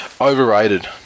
Overrated